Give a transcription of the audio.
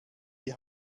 die